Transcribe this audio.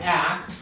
act